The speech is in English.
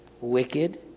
wicked